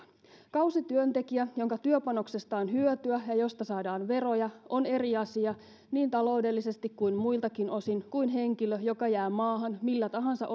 kausityöntekijä jonka työpanoksesta on hyötyä ja josta saadaan veroja on eri asia niin taloudellisesti kuin muiltakin osin kuin henkilö joka jää maahan millä tahansa